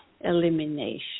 elimination